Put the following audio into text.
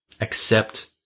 accept